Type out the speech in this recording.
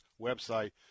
website